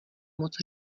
moc